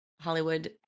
Hollywood